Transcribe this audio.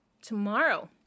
tomorrow